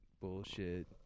bullshit